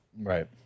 Right